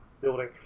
building